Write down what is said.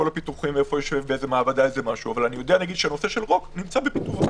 יודע שהנושא של רוק נמצא בפיתוח,